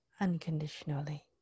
unconditionally